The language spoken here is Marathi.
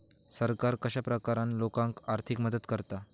सरकार कश्या प्रकारान लोकांक आर्थिक मदत करता?